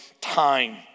time